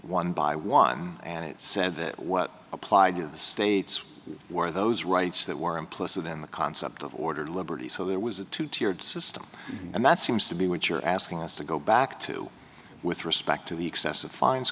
one by one and it said that what applied to the states were those rights that were implicit in the concept of order liberties so there was a two tiered system and that seems to be what you're asking us to go back to with respect to the excessive fin